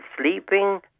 sleeping